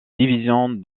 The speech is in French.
division